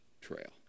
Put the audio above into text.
trail